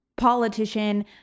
politician